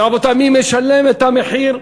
ורבותי, מי משלם את המחיר?